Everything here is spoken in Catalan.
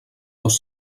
dos